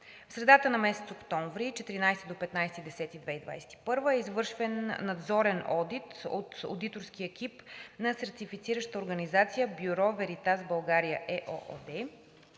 В средата на месец октомври, 14 – 15 октомври 2021 г., е извършен надзорен одит от одиторския екип на сертифициращата организация „Бюро Веритас – България“ ЕООД,